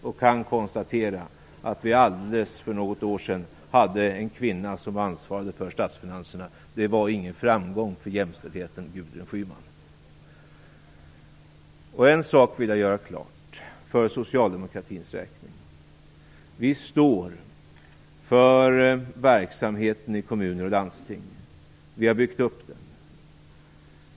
Vi kan konstatera att vi bara för något år sedan hade en kvinna som ansvarig för statsfinanserna. Det var ingen framgång för jämställdheten, Gudrun Schyman. En sak vill jag göra klart för socialdemokratins räkning: Vi står för verksamheten i kommuner och landsting. Vi har byggt upp den.